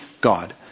God